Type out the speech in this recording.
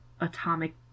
atomic